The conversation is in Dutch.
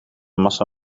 massa